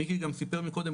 מיקי גם סיפר מקודם,